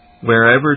Wherever